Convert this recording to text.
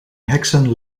heksen